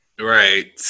Right